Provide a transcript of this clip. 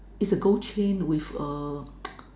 it's a gold chain with a